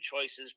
choices